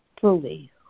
fully